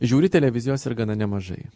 žiūri televizijos ir gana nemažai